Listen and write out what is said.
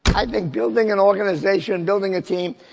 i think building an organization, building a team,